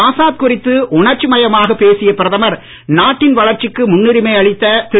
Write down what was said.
ஆசாத் குறித்து உணர்ச்சி மயமாக பேசிய பிரதமர் நாட்டின் வளர்ச்சிக்கு முன்னுரிமை அளித்த திரு